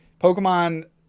Pokemon